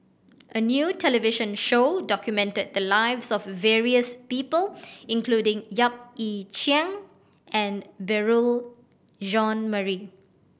a new television show documented the lives of various people including Yap Ee Chian and Beurel Jean Marie